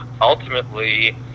ultimately